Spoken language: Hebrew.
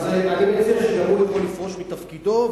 אז אני מציע שגם הוא יכול לפרוש מתפקידו,